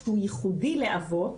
שהוא ייחודי לאבות,